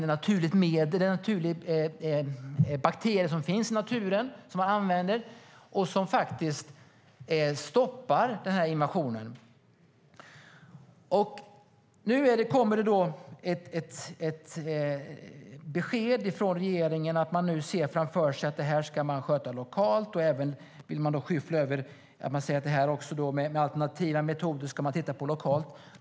Det är ett naturligt medel som används - en bakterie som finns i naturen och som stoppar invasionen. Nu kommer ett besked från regeringen att de ser framför sig att detta ska skötas lokalt. De vill skyffla över detta och säger att man ska titta på alternativa metoder lokalt.